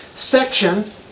Section